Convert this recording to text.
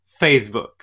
Facebook